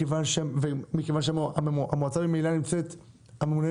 מכיוון שהממונה ממילא נמצא במועצה.